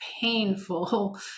painful